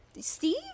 Steve